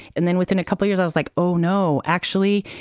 and then within a couple of years, i was like, oh, no. actually,